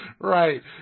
Right